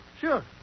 Sure